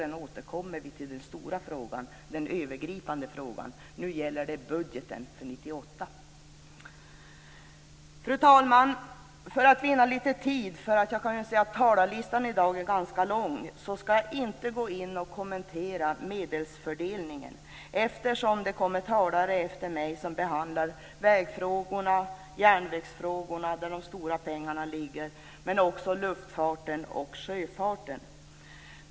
Men vi återkommer till den stora och övergripande frågan till våren, mina herrar. Nu gäller det budgeten för 1998. Fru talman! Jag kan se att talarlistan i dag är ganska lång. För att vinna litet tid skall jag inte kommentera medelsfördelningen, eftersom det kommer talare efter mig som behandlar vägfrågorna och järnvägsfrågorna, där de stora pengarna ligger, men också luftfarten och sjöfarten.